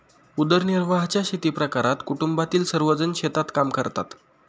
उदरनिर्वाहाच्या शेतीप्रकारात कुटुंबातील सर्वजण शेतात काम करतात